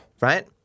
right